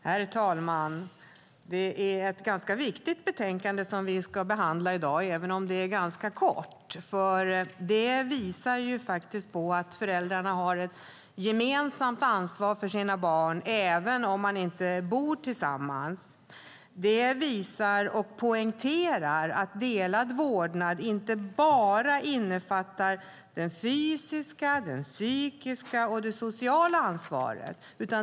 Herr talman! Det är ett viktigt betänkande som vi ska behandla i dag även om det är ganska kort. Det visar på att föräldrarna har ett gemensamt ansvar för sina barn även om de inte bor tillsammans. Det visar och poängterar att delad vårdnad inte bara innefattar det fysiska, det psykiska och det sociala ansvaret.